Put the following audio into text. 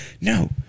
No